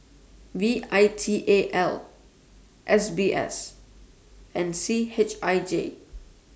V I T A L S B S and C H I J